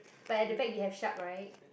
but at the back you have shark right